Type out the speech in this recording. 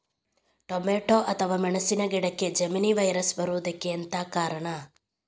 Tomato ಅಥವಾ ಮೆಣಸಿನ ಗಿಡಕ್ಕೆ ಜೆಮಿನಿ ವೈರಸ್ ಬರುವುದಕ್ಕೆ ಎಂತ ಕಾರಣ?